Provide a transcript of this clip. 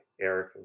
Eric